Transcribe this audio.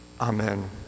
Amen